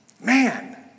man